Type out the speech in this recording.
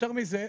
ויותר מזה,